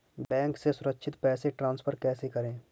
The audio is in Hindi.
बैंक से सुरक्षित पैसे ट्रांसफर कैसे करें?